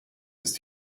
ist